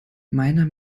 meiner